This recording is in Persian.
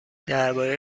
درباره